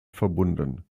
verbunden